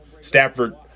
Stafford